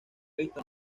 visto